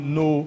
no